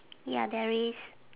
ya there is